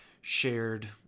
shared